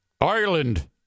Ireland